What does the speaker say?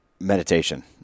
meditation